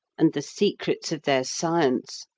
and the secrets of their science,